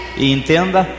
entenda